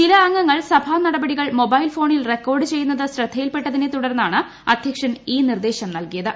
ചില അംഗങ്ങൾ സഭാ നടപടികൾ മൊബൈൽ ഫോണിൽ റെക്കോർഡ് ചെയ്യുന്നത് ശ്രദ്ധയിൽപ്പെട്ടതിനെ തുടർന്നാണ് അധ്യക്ഷൻ ഈ നിർദ്ദേശം നൽകിയത്